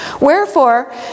Wherefore